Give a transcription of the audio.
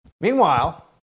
meanwhile